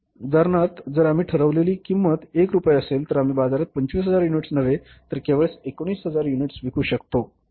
उदाहरणार्थ जर आम्ही ठरवलेली किंमत 1 रूपये असेल तर आम्ही बाजारात 25000 युनिट्स नव्हे तर केवळ 19000 युनिट्स विकू शकतो